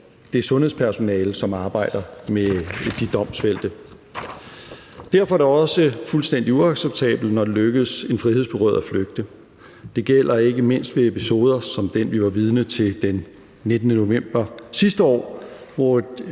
det sundhedspersonale, som arbejder med de domfældte. Derfor er det også fuldstændig uacceptabelt, når det lykkes en frihedsberøvet at flygte. Det gælder ikke mindst ved episoder som den, vi var vidne til den 19. november sidste år, hvor